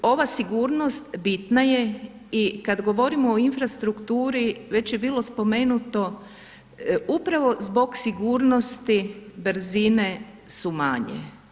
Ova sigurnost bitna je i kad govorimo o infrastrukturi već je bilo spomenuto upravo zbog sigurnosti, brzine su manje.